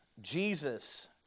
Jesus